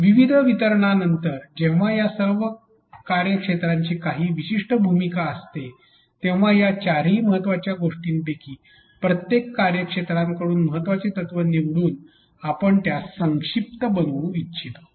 अंतिम वितरणानंतर जेव्हा या सर्व कार्य क्षेत्रांची काही विशिष्ट भूमिका असते तेव्हा या चारही महत्त्वाच्या गोष्टींपैकी प्रत्येक कार्य क्षेत्रांकडून महत्त्वाचे तत्व निवडून आपण त्यास संक्षिप्त बनवू इच्छितो